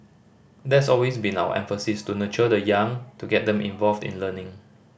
that's always been our emphasis to nurture the young to get them involved in learning